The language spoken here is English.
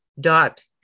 dot